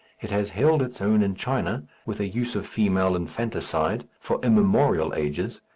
it has held its own in china with a use of female infanticide for immemorable ages,